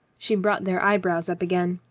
she brought their eyebrows up again.